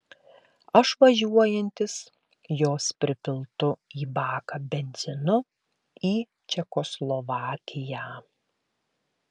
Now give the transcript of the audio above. aš važiuojantis jos pripiltu į baką benzinu į čekoslovakiją